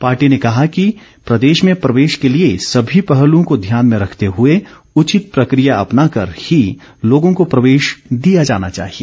party ने कहा है कि प्रदेश में प्रवेश के लिए सभी पहलुओं को ध्यान में रखते हुए उचित प्रक्रिया अपनाकर ही लोगों को प्रवेश दिया जाना चाहिए